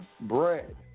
bread